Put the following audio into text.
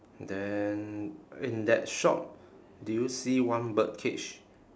then in that shop do you see one birdcage